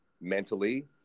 mentally